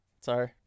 Sorry